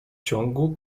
ciągu